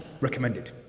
recommended